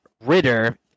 Ritter